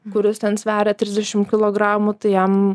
kuris ten sveria trisdešim kilogramų tai jam